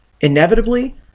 Inevitably